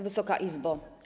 Wysoka Izbo!